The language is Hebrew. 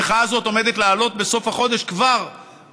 המחאה הזאת עומדת לעלות כבר בסוף החודש בבג"ץ,